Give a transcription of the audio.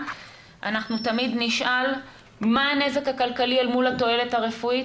תמיד נשאל מה הנזק הכלכלי אל מול התועלת הרפואית,